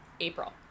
April